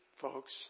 folks